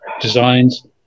designs